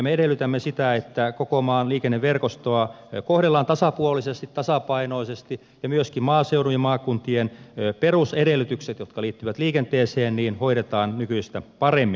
me edellytämme sitä että koko maan liikenneverkostoa kohdellaan tasapuolisesti tasapainoisesti ja myöskin maaseudun ja maakuntien perusedellytykset jotka liittyvät liikenteeseen hoidetaan nykyistä paremmin